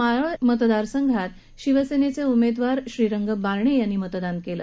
मावळ मतदारसंघात शिवसेनेचे उमेदवार श्रीरंग बारणे यांनी मतदान केलं